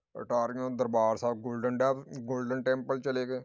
ਅਟਾਰੀਓਂ Darbar Sahib golden ਡਵ Golden Temple ਚਲੇ ਗਏ